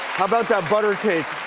how about that butter cake?